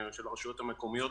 של הרשויות המקומיות,